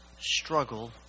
struggle